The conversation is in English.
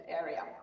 area